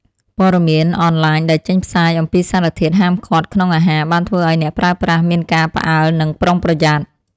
ព័ត៌មានអនឡាញដែលចេញផ្សាយអំពីសារធាតុហាមឃាត់ក្នុងអាហារបានធ្វើឱ្យអ្នកប្រើប្រាស់មានការផ្អើលនិងប្រុងប្រយ័ត្ន។